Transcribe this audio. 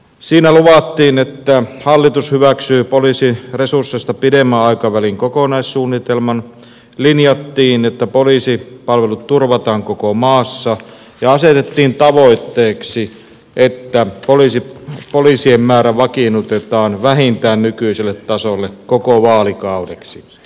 siinä luvattiin että hallitus hyväksyy poliisiresursseista pidemmän aikavälin kokonaissuunnitelman linjattiin että poliisipalvelut turvataan koko maassa ja asetettiin tavoitteeksi että poliisien määrä vakiinnutetaan vähintään nykyiselle tasolle koko vaalikaudeksi